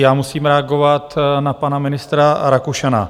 Já musím reagovat na pana ministra Rakušana.